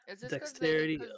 Dexterity